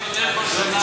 1.4, וזה גדל